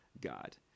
God